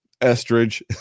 Estridge